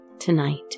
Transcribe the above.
Tonight